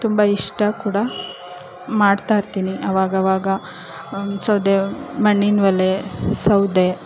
ತುಂಬ ಇಷ್ಟ ಕೂಡ ಮಾಡ್ತಾಯಿರ್ತೀನಿ ಆವಾಗವಾಗ ಒಂದು ಸೌದೆ ಮಣ್ಣಿನ ಒಲೆ ಸೌದೆ